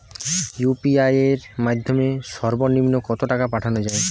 UPI এর মাধ্যমে সর্ব নিম্ন কত টাকা পাঠানো য়ায়?